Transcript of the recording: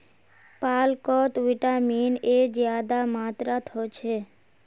पालकोत vitamin A ज्यादा मात्रात होछे